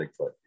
bigfoot